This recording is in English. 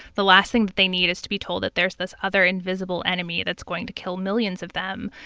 the last thing that they need is to be told that there's this other invisible enemy that's going to kill millions of them.